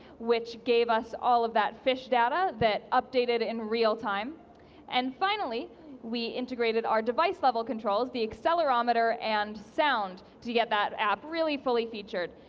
which gave us all of that fish data that updated in realtime and finally we integrated our device level controls, the accelerometer and sound to get that app really fully featured.